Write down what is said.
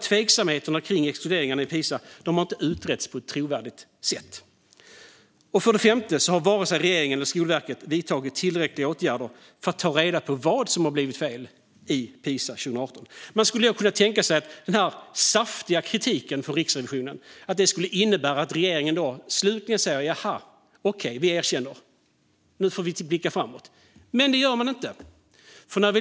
Tveksamheterna kring exkluderingarna i Pisa har inte utretts på ett trovärdigt sätt. För det femte har varken regeringen eller Skolverket vidtagit tillräckliga åtgärder för att ta reda på vad som blev fel i Pisa 2018. Man hade kunnat tänka sig att denna saftiga kritik från Riksrevisionen skulle innebära att regeringen slutligen erkänner och säger att vi nu får blicka framåt. Men det gör de inte.